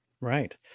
Right